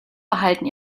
behalten